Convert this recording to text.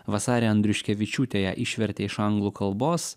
vasarė andriuškevičiūtė ją išvertė iš anglų kalbos